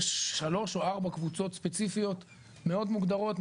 יש שלוש או ארבע קבוצות ספציפיות מאוד מוגדרות,